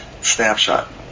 snapshot